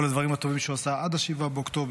כל הדברים הטובים שהוא עשה עד 7 באוקטובר,